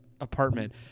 apartment